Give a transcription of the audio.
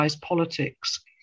politics